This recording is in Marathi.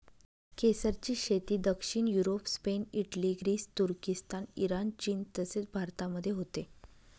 केसरची शेती दक्षिण Europe, Spain, Italy, Greece, Turkistan, Iran, चीन तसेच भारतामध्ये होते